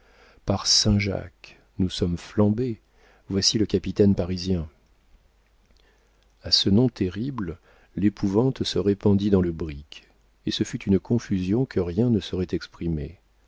par saint jacques nous sommes flambés voici le capitaine parisien a ce nom terrible l'épouvante se répandit dans le brick et ce fut une confusion que rien ne saurait exprimer